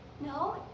No